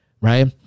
right